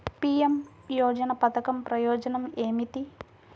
PM యోజన పధకం ప్రయోజనం ఏమితి?